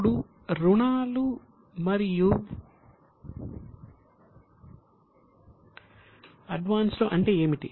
ఇప్పుడు లోన్స్ మరియు అడ్వాన్స్లు అంటే ఏమిటి